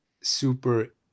super